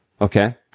Okay